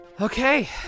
Okay